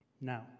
Now